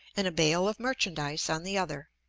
and a bale of merchandise on the other.